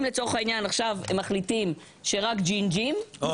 אם לצורך העניין עכשיו מחליטים שרק ג'ינג'ים --- אוה,